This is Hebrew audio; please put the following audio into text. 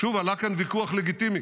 עלה כאן ויכוח לגיטימי.